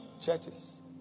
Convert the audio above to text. churches